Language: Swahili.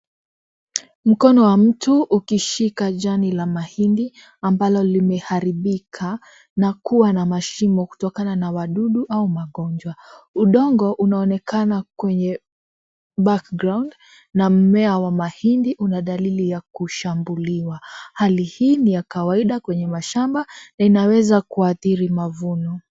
Mkono wa mtu ukishika jani la mahindi ambalo limeharibika na kuwa na mashimo kutokana na wadudu au magonjwa, udongo unaonekana kwenye background na mmea wa mahindi una dalili ya kushambuliwa, hali hii ni ya kawaida kwenye mashamba na inaweza kuathiri mavuno.